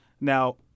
Now